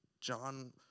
John